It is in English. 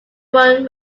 world